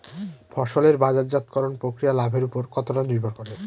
ফসলের বাজারজাত করণ প্রক্রিয়া লাভের উপর কতটা নির্ভর করে?